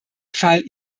fall